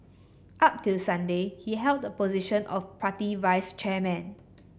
up till Sunday he held the position of party vice chairman